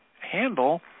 handle